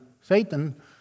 Satan